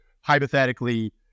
hypothetically